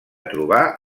trobar